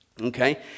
okay